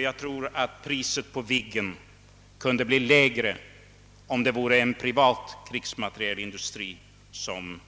Jag tror att priset på Viggen kunde bli lägre, om det inte vore en privat krigsmaterielindustri som